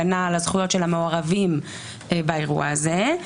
הגנה על הזכויות של המעורבים באירוע הזה,